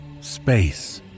Space